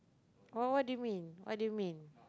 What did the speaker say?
oh what did you mean what did you mean